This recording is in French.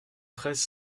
treize